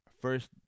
First